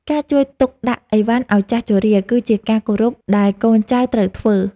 ការជួយទុកដាក់អីវ៉ាន់ឱ្យចាស់ជរា គឺជាការគោរពដែលកូនចៅត្រូវធ្វើ។